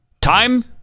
Time